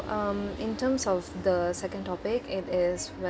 um in terms of the second topic it is